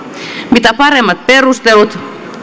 mitä paremmat perustelut